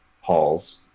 halls